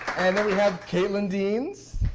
and we have katelyn deans.